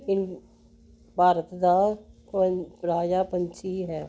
ਇਡ ਭਾਰਤ ਦਾ ਕ ਰਾਜਾ ਪੰਛੀ ਹੈ